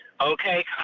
Okay